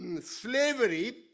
slavery